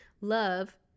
Love